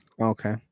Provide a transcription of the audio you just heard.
Okay